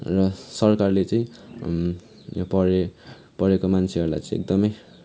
र सरकारले चाहिँ पढे पढेको मान्छेहरूलाई चाहिँ एकदमै